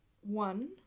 one